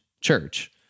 church